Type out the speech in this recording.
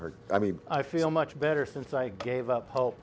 her i mean i feel much better since i gave up hope